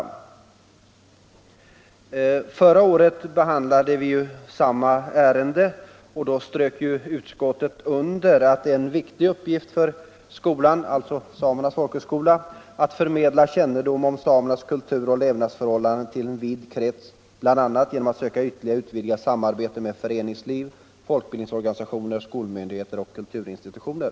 Förra året behandlade vi samma ärende, och då strök utskottet under att det är en viktig uppgift Nr 41 för Samernas folkhögskola att förmedla kännedom om samernas kultur Onsdagen den och levnadsförhållanden till en vid krets bl.a. genom att söka ytterligare 19 mars 1975 utvidga samarbetet med föreningsliv, folkbildningsorganisationer, skol myndigheter och kulturinstitutioner.